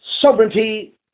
sovereignty